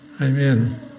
Amen